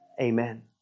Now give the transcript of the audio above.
Amen